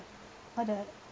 all the